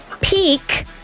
peak